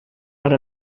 per